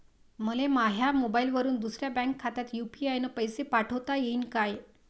मले माह्या मोबाईलवरून दुसऱ्या बँक खात्यात यू.पी.आय न पैसे पाठोता येईन काय?